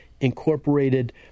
Incorporated